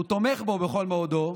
שהוא תומך בו בכל מאודו,